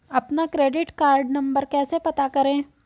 अपना credit card number कैसे पता करें?